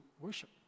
worship